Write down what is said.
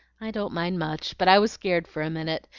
i don't mind much, but i was scared for a minute.